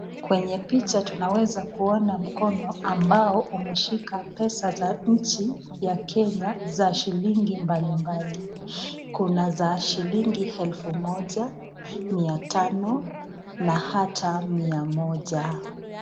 Kwenye picha tunaweza kuona mkono ambao umeshika pesa za nchi ya Kenya, za shilingi mbali mbali. Kuna za shilingi elefu moja, mia tano, na hata mia moja.